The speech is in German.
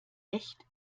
echt